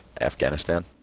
Afghanistan